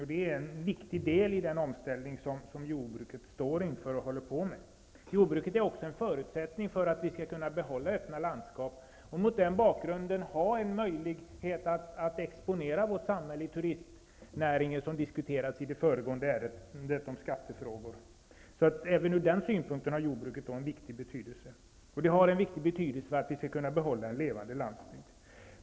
Det är också en viktig del i den omställning jordbruket står inför och håller på med. Jordbruket är också en förutsättning för att vi skall kunna behålla öppna landskap och mot den bakgrunden ha en möjlighet att exponera vårt samhälle i turistnäringen, som diskuterades i det föregående ärendet om skattefrågor. Även ur den synpunkten har jordbruket en stor betydelse. Det är också av stor betydelse för att vi skall kunna behålla en levande landsbygd.